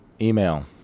Email